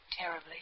Terribly